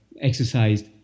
exercised